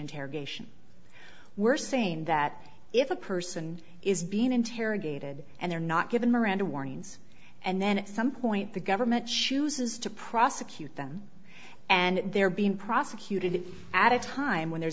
interrogation we're saying that if a person is being interrogated and they're not given miranda warnings and then at some point the government shoes is to prosecute them and they're being prosecuted at a time when there's